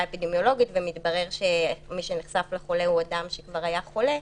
אפידמיולוגית ומתברר שמי שנחשף לחולה הוא אדם שכבר היה חולה.